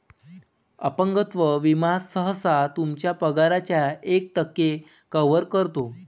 अपंगत्व विमा सहसा तुमच्या पगाराच्या एक टक्के कव्हर करतो